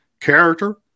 character